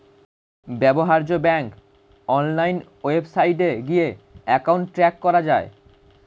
ব্যবহার্য bank online ওয়েবসাইটে গিয়ে অ্যাকাউন্ট ট্র্যাক করা যায়